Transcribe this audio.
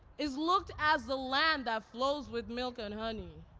is looked as a land that flows with milk and honey,